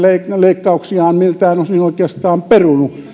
leikkauksiaan oikeastaan miltään osin perunut